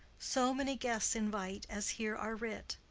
so many guests invite as here are writ.